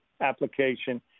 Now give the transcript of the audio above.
application